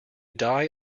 die